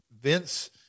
Vince